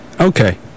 Okay